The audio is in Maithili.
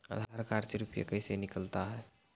आधार कार्ड से रुपये कैसे निकलता हैं?